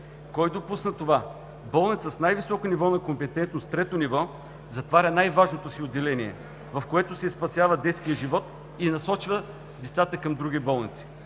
Кой допусна това? Болница с най-високо ниво на компетентност – трето ниво, затваря най-важното си отделение, в което се спасява детският живот, и насочва децата към други болници.